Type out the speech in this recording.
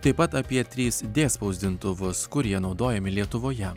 taip pat apie trys d spausdintuvus kurie naudojami lietuvoje